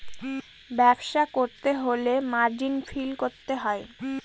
ব্যবসা করতে হলে মার্জিন ফিল করতে হয়